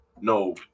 No